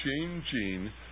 changing